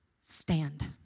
Stand